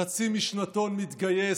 חצי משנתון מתגייס.